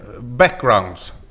backgrounds